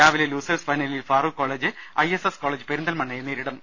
രാവിലെ ലൂസേഴ്സ് ഫൈനലിൽ Farooq college I S S college പെരിന്തൽമണ്ണയെ നേരിടും